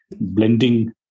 blending